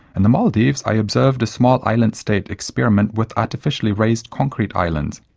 and the maldives i observed a small island state experiment with artificially raised concrete islands.